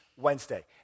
Wednesday